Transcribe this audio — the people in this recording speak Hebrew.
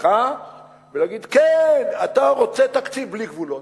בדיחה ולהגיד: כן, אתה רוצה תקציב בלי גבולות.